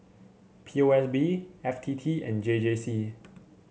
P O S B F T T and J J C